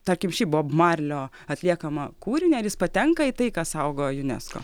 tarkim ši bob marlio atliekamą kūrinį ar jis patenka į tai ką saugo junesko